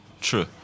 true